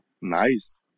nice